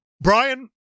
Brian